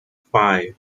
five